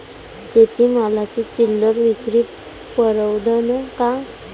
शेती मालाची चिल्लर विक्री परवडन का?